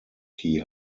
key